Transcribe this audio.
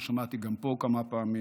ששמעתי גם פה כמה פעמים,